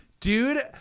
Dude